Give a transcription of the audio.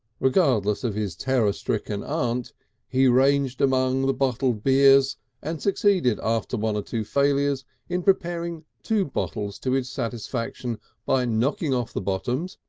regardless of his terror-stricken aunt he ranged among the bottled beer and succeeded after one or two failures in preparing two bottles to his satisfaction by knocking off the bottoms,